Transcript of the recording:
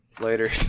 Later